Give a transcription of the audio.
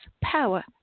power